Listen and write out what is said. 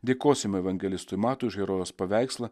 dėkosim evangelistui matui už herojaus paveikslą